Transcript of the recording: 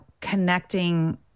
connecting